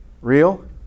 Real